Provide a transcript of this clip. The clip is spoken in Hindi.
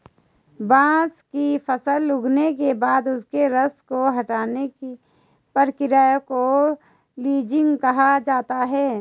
बांस की फसल उगने के बाद उसके रस को हटाने की प्रक्रिया को लीचिंग कहा जाता है